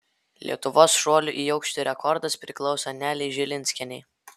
lietuvos šuolių į aukštį rekordas priklauso nelei žilinskienei